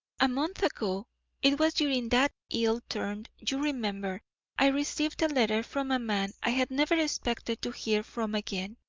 a month ago it was during that ill turn you remember i received a letter from a man i had never expected to hear from again.